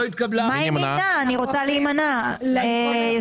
אבל חשוב לי לומר